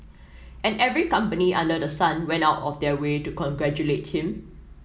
and every company under the sun went out of their way to congratulate him